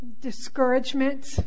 discouragement